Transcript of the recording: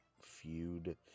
feud